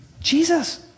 Jesus